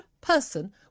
person